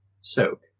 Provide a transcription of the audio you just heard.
soak